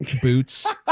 boots